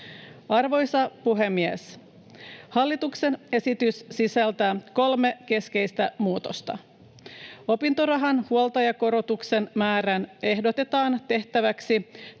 Arvoisa puhemies! Hallituksen esitys sisältää kolme keskeistä muutosta: Opintorahan huoltajakorotuksen määrään ehdotetaan tehtäväksi